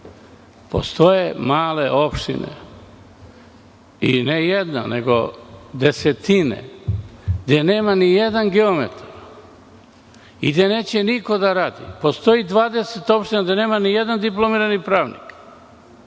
postoje male opštine, i ne jedna nego desetine, gde nema ni jedan geometar i gde neće niko da radi. Postoji 20 opština gde nema ni jedan diplomirani pravnik.